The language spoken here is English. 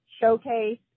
showcase